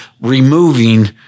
removing